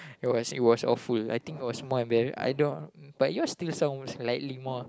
it was it was awful I think it was more embarrassed I don't but yours still sounds slightly more